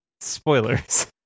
spoilers